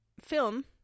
film